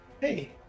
Hey